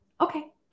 Okay